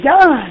done